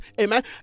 Amen